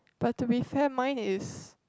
but to be fair mine is